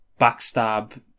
backstab